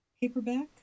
paperback